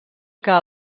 que